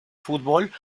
fútbol